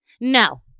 No